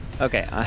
Okay